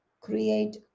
create